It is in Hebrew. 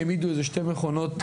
העמידו איזה 2 מכונות,